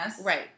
Right